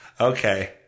Okay